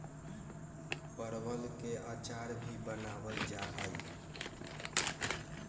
परवल के अचार भी बनावल जाहई